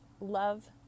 love